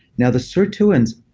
now the sirtuins,